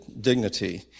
dignity